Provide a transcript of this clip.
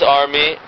army